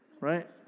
right